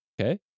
Okay